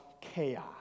chaos